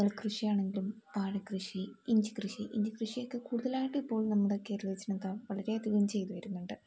നെൽക്കൃഷിയാണെങ്കിലും വാഴക്കൃഷി ഇഞ്ചിക്കൃഷി ഇഞ്ചിക്കൃഷിയൊക്കെ കൂടുതലായിട്ട് ഇപ്പോൾ നമ്മുടെ കേരളജനത വളരെയധികം ചെയ്തു വരുന്നുണ്ട്